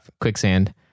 quicksand